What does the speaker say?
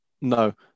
No